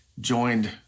joined